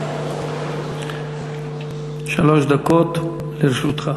שלוש דקות לרשותך.